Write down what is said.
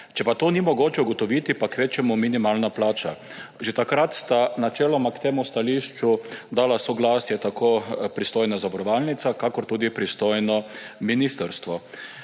Če pa te ni mogoče ugotoviti, pa kvečjemu minimalna plača.« Že takrat sta načeloma k temu stališču dala soglasje tako pristojna zavarovalnica kot tudi pristojno ministrstvo.